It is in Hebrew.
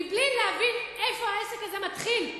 מבלי להבין איפה העסק הזה מתחיל.